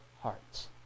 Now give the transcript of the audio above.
hearts